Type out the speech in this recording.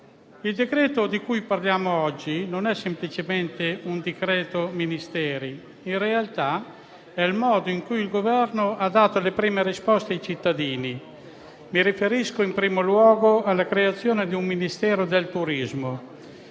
al nostro esame, non è semplicemente un decreto Ministeri, ma in realtà è il modo in cui il Governo ha dato le prime risposte ai cittadini. Mi riferisco in primo luogo alla creazione di un Ministero del turismo.